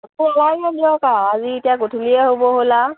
নালাগে দিয়ক আৰু আজি এতিয়া গধূলিয়ে হ'ব হ'ল আৰু